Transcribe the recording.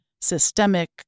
systemic